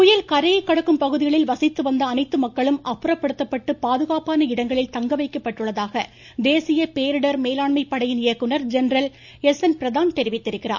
புயல் கரையை கடக்கும் பகுதிகளில் வசித்து வந்த அனைத்து மக்களும் அப்புறப்படுத்தப்பட்டு பாதுகாப்பான இடங்களில் தங்கவைக்கப்பட்டுள்ளதாக தேசிய பேரிடர் இயக்குனர் ஜென்ரல் தெரிவித்தார்